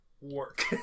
work